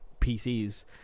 pcs